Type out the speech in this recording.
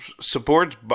supports